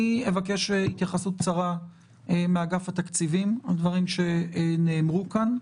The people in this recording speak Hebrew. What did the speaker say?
אני אבקש התייחסות קצרה מאגף התקציבים על דברים שנאמרו כאן.